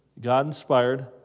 God-inspired